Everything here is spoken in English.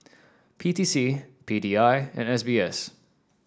P T C P D I and S B S